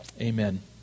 Amen